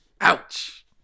Ouch